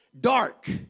dark